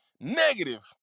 negative